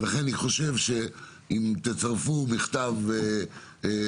ולכן אני מבקש מכם לכתוב מכתב התרעה,